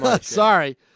Sorry